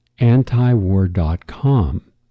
antiwar.com